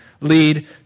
lead